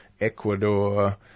Ecuador